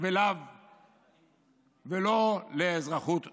ולא לאזרחות טובה".